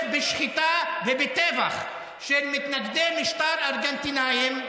בשחיטה ובטבח של מתנגדי משטר ארגנטינים.